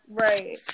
Right